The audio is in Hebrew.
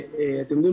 אתם יודעים,